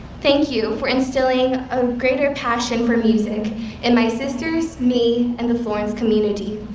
thank you for instilling a greater passion for music in my sisters, me, and the florence community.